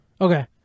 Okay